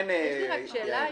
יעל.